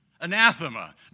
Anathema